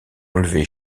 enlevé